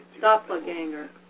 Doppelganger